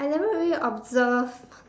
I never really observe